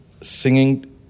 singing